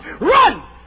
Run